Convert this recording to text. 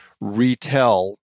retell